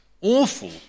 Awful